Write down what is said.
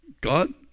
God